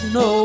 no